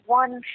one